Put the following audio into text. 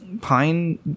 pine